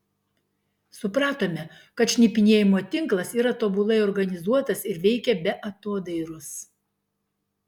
supratome kad šnipinėjimo tinklas yra tobulai organizuotas ir veikia be atodairos